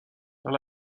dans